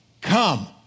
come